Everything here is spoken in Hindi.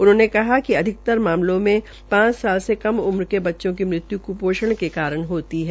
उन्होंने कहा कि कि अधिकतर मामलों में पांच साल के कम उम्र के बच्चों की मृत्यु कुपोषण कुपोषण के कारण होती है